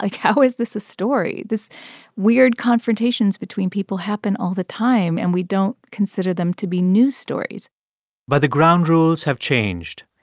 like, how is this a story? this weird confrontations between people happen all the time, and we don't consider them to be news stories but the ground rules have changed.